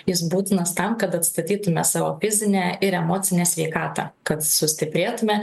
jis būtinas tam kad atstatytume savo fizinę ir emocinę sveikatą kad sustiprėtume